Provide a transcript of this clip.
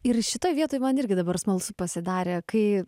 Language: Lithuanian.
ir šitoj vietoj man irgi dabar smalsu pasidarė kai